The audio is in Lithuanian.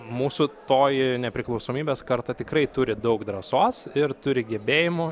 mūsų toji nepriklausomybės karta tikrai turi daug drąsos ir turi gebėjimų